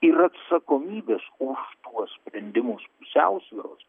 ir atsakomybės už tuos sprendimus pusiausvyros